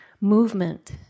movement